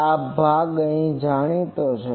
આ ભાગ જાણીતો છે